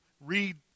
read